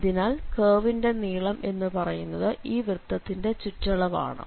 അതിനാൽ കേർവിന്റെ നീളം എന്നു പറയുന്നത് ഈ വൃത്തത്തിന്റെ ചുറ്റളവ് ആണ്